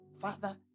Father